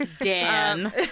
Dan